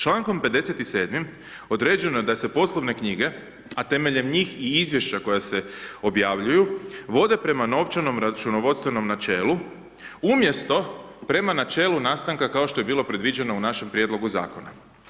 Člankom 57. određeno je da se poslovne knjige, a temeljem njih i izvješća koja se objavljuju vode prema novčanom računovodstvenom načelu, umjesto prema načelu nastanka kao što je bilo predviđeno u našem prijedlogu zakona.